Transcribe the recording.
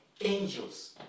angels